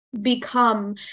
become